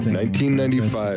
1995